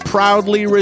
Proudly